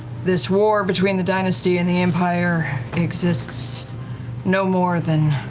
this war between the dynasty and the empire exists no more than.